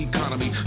Economy